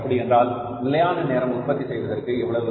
அப்படி என்றால் நிலையான நேரம் உற்பத்தி செய்வதற்கு எவ்வளவு